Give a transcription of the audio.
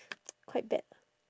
quite bad